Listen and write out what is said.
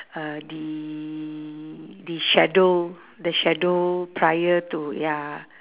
uh the the schedule the schedule prior to ya